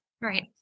Right